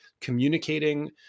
communicating